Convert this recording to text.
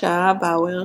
בראש האבווהר